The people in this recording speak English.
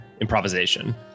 improvisation